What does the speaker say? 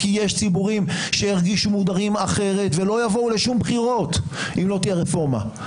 כי יש ציבורים שהרגישו מודרים ולא יבואו לשום בחירות אם לא תהיה רפורמה.